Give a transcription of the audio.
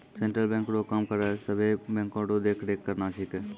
central बैंको रो काम आरो सभे बैंको रो देख रेख करना छिकै